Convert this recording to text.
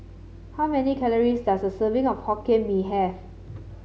how many calories does a serving of Hokkien Mee have